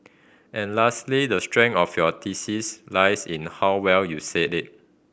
and lastly the strength of your thesis lies in how well you said it